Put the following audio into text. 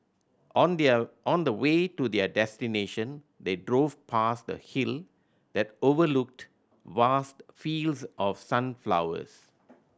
on their on the way to their destination they drove past a hill that overlooked vast fields of sunflowers